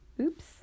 oops